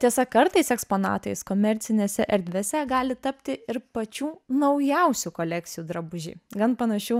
tiesa kartais eksponatais komercinėse erdvėse gali tapti ir pačių naujausių kolekcijų drabužiai gan panašių